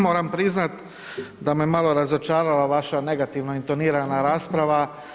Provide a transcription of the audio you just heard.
Moram priznat da me malo razočarala vaša negativno intonirana rasprava.